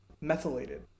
methylated